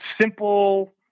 simple